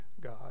God